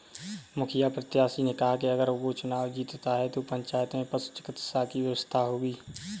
मुखिया प्रत्याशी ने कहा कि अगर वो चुनाव जीतता है तो पंचायत में पशु चिकित्सा की व्यवस्था होगी